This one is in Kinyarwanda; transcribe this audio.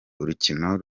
urukino